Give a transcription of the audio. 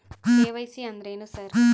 KYC ಅಂದ್ರೇನು sir?